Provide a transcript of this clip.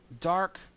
dark